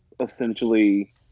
essentially